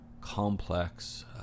complex